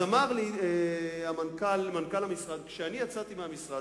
אז אמר לי מנכ"ל המשרד: כשאני יצאתי מהמשרד,